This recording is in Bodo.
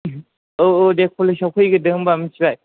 औ औ दे कलेजाव फैगोरदो होमब्ला मिथिबाय